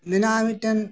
ᱢᱮᱱᱟᱜᱼᱟ ᱢᱤᱫ ᱴᱮᱱ